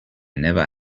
never